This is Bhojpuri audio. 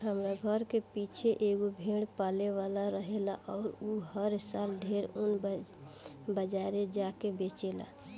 हमरा घर के पीछे एगो भेड़ पाले वाला रहेला अउर उ हर साल ढेरे ऊन बाजारे जा के बेचेला